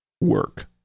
work